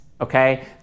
okay